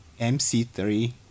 MC3